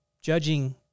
judging